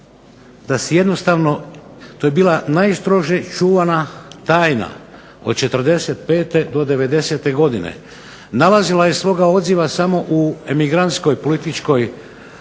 da jednostavno, to je bila najstrože čuvana tajna od '45. do '90. godine. Nalazila je svoga odziva samo u emigrantskoj političkoj